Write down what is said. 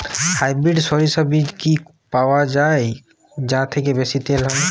Hybrid শরিষা বীজ কি পাওয়া য়ায় যা থেকে বেশি তেল হয়?